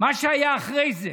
מה שהיה אחרי זה,